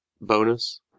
bonus